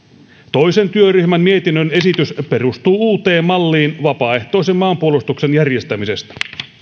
toisen työryhmän mietinnön esitys perustuu uuteen malliin vapaaehtoisen maanpuolustuksen järjestämisestä